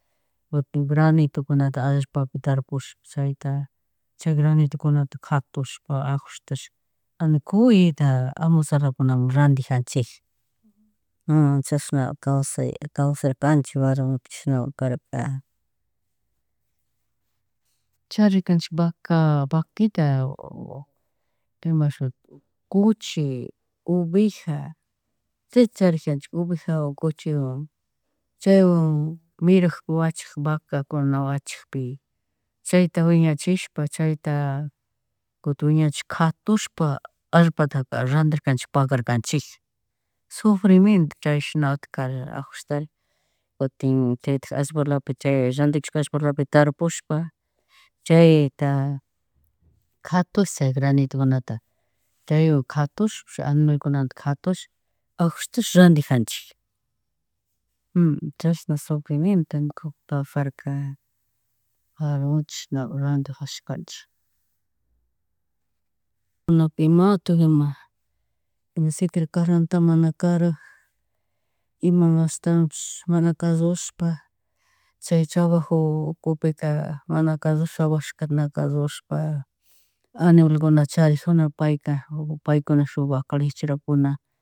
Kutin granitukunata allpapi tarpush chayta chay granitukunata catushpa ajushta, cuyeta amu tzalakunamun randijanchija, chashna kawsay, kawsarjanchik warmiku chishnami karka. Charijarkanchik vaca, vaquita, imashuti, cuchi, oveja, chita charijarkanchik, ovejawan, cuchiwan, chaywan mirakpi, wachakpi, vacakunawan wachakpi chayta wiñachishpa chayta, kuti wiñachishpa katushpa allpataka randirkanchik pagarkanchik, sufirmmiento, chashna utka ajustarin, kutin chaytik allpalaitk chay randikushka allpalatik tarpushpa, chayta, katush chay granitukunata kay katush animalkunata katush ajustash randijanchijka chashna sufriemiento, ñukapak cajarka chishna randijashkanchik. Kunanka imatik ima siquiera karanta, mana karag, ima ashtawanpish, mana callushpa chay trabajo ukupika mana kallush na casllushpa animalkunata charijuna payka, paykunaka shuk vaca lecherakuna.